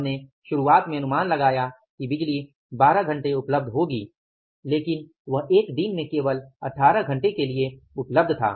हमने शुरुआत में अनुमान लगाया कि बिजली 20 घंटे उपलब्ध होगी लेकिन वह एक दिन में केवल 18 घंटे के लिए उपलब्ध था